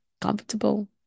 comfortable